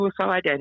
suicide